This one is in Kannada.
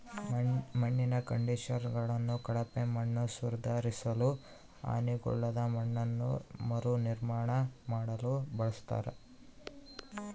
ಮಣ್ಣಿನ ಕಂಡಿಷನರ್ಗಳನ್ನು ಕಳಪೆ ಮಣ್ಣನ್ನುಸುಧಾರಿಸಲು ಹಾನಿಗೊಳಗಾದ ಮಣ್ಣನ್ನು ಮರುನಿರ್ಮಾಣ ಮಾಡಲು ಬಳಸ್ತರ